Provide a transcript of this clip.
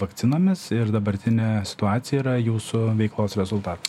vakcinomis ir dabartinė situacija yra jūsų veiklos rezultatas